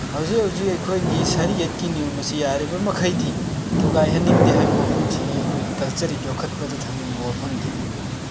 ꯍꯧꯖꯤꯛ ꯍꯧꯖꯤꯛ ꯑꯩꯈꯣꯏꯒꯤ ꯁꯔꯤꯌꯠꯀꯤ ꯅꯤꯌꯣꯝ ꯑꯁꯤ ꯌꯥꯔꯤꯕꯃꯈꯩꯗꯤ ꯊꯨꯒꯥꯏꯍꯟꯅꯤꯡꯗꯦ ꯍꯥꯏꯕ ꯋꯥꯐꯝꯁꯤꯅꯤ ꯑꯩꯈꯣꯏꯒꯤ ꯀꯜꯆꯔ ꯌꯣꯛꯈꯠꯄꯗ ꯊꯝꯅꯤꯡꯕ ꯋꯥꯐꯝꯗꯤ